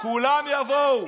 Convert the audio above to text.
כולם יבואו.